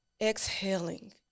exhaling